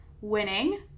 winning